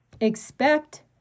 Expect